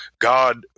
God